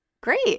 Great